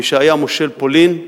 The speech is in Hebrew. מי שהיה מושל פולין,